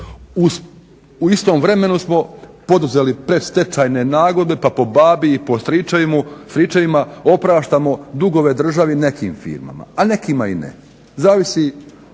U istom vremenu smo poduzeli predstečajne nagodbe pa po babi i po stričevima opraštamo dugove državi nekim firmama, a nekima i ne. Zavisi